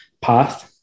path